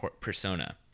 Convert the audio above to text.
persona